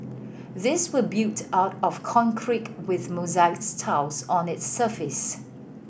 these were built out of concrete with mosaic tiles on its surface